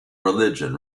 religion